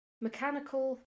mechanical